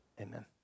amen